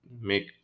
make